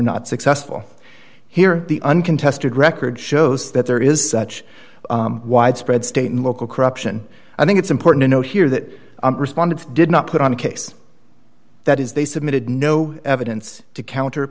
not successful here the uncontested record shows that there is such widespread state and local corruption i think it's important to note here that responded did not put on a case that is they submitted no evidence to counter